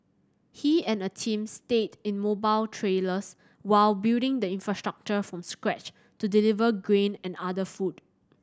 he and a team stayed in mobile trailers while building the infrastructure from scratch to deliver grain and other food